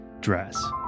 dress